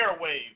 airwaves